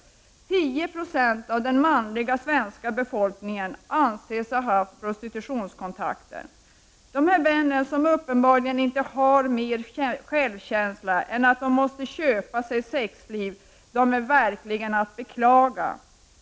10 96 av den manliga svenska befolkningen anses ha haft prostitutionskontakter. Dessa män, som uppenbarligen inte har mer självkänsla än att de måste köpa sig sexliv, är verkligen att beklaga.